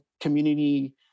community